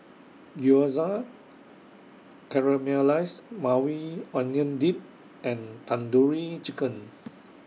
Gyoza Caramelized Maui Onion Dip and Tandoori Chicken